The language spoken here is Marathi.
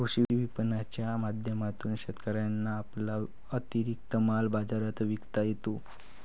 कृषी विपणनाच्या माध्यमातून शेतकऱ्यांना आपला अतिरिक्त माल बाजारात विकता येतो